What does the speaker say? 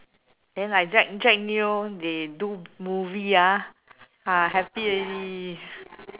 then like Jack Jack Neo they do movie ah ah happy already